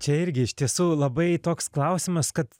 čia irgi iš tiesų labai toks klausimas kad